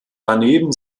daneben